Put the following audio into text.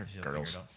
girls